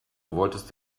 wolltest